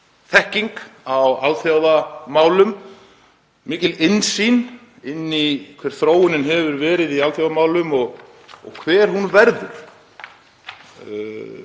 þekking á alþjóðamálum, mikil innsýn inn í hver þróunin hefur verið í alþjóðamálum og hver hún verður.